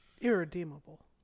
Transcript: irredeemable